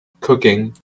cooking